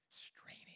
straining